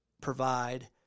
provide